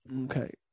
Okay